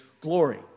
glory